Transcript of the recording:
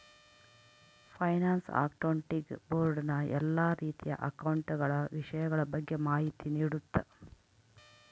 finance accounting board ನ ಎಲ್ಲಾ ರೀತಿಯ ಅಕೌಂಟ ಗಳ ವಿಷಯಗಳ ಬಗ್ಗೆ ಮಾಹಿತಿ ನೀಡುತ್ತ